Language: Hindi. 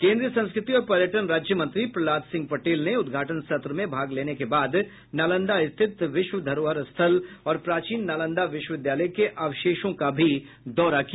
केन्द्रीय संस्कृति और पर्यटन राज्य मंत्री प्रहलाद सिंह पटेल ने उद्घाटन सत्र में भाग लेने के बाद नालंदा स्थित विश्व धरोहर स्थल और प्राचीन नालंदा विश्वविद्यालय के अवशेषों का भी दौरा किया